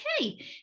Okay